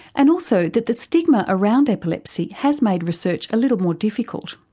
and also that the stigma around epilepsy has made research a little more difficult.